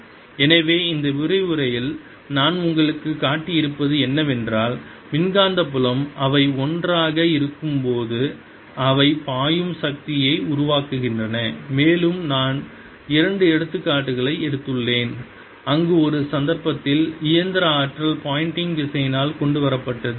Energy density120B202K2200K22 Total energyV0K22 எனவே இந்த விரிவுரையில் நான் உங்களுக்குக் காட்டியிருப்பது என்னவென்றால் மின்காந்த புலம் அவை ஒன்றாக இருக்கும்போது அவை பாயும் சக்தியை உருவாக்குகின்றன மேலும் நான் இரண்டு எடுத்துக்காட்டுகளை எடுத்துள்ளேன் அங்கு ஒரு சந்தர்ப்பத்தில் இயந்திர ஆற்றல் போயிண்டிங் திசையனால் கொண்டு வரப்பட்டது